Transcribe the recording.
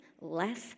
less